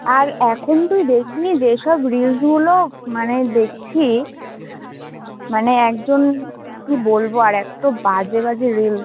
আর এখন তুই দেখবি যেসব রিলসগুলো মানে দেখছি মানে একজন কী বলবো আর এত্তো বাজে বাজে রিলস